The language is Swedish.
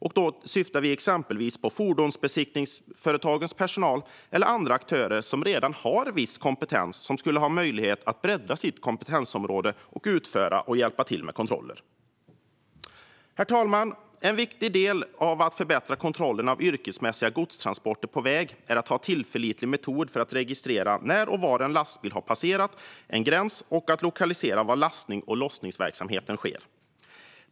Vi syftar till exempel på att fordonsbesiktningsföretagens personal eller andra aktörer som redan har viss kompetens kan bredda sin kompetens och hjälpa till med kontroller. Herr talman! En viktig del av att förbättra kontrollerna av yrkesmässiga godstransporter på väg är att ha en tillförlitlig metod för att registrera när och var en lastbil har passerat en gräns och för att lokalisera var lastnings och lossningsverksamhet sker.